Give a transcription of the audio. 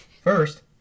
First